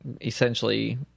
essentially